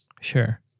Sure